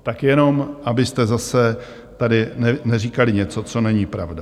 Tak jenom abyste zase tady neříkali něco, co není pravda.